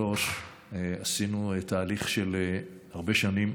שלושה עשינו תהליך של הרבה שנים.